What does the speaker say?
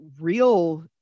real